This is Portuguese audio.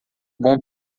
bom